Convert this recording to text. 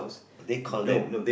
they call them